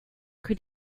can